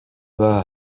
were